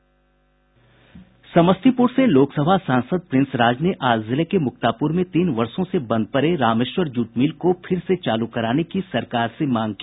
समस्तीपूर से लोकसभा सांसद प्रिंस राज ने आज जिले के मुक्तापूर में तीन वर्षों से बंद पड़े रामेश्वर जूट मिल को फिर से चालू कराने की सरकार से मांग की